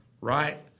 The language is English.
right